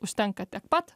užtenka tiek pat